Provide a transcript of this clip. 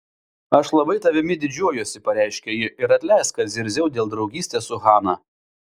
aš labai tavimi didžiuojuosi pareiškė ji ir atleisk kad zirziau dėl draugystės su hana